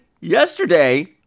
yesterday